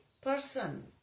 person